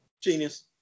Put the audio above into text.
Genius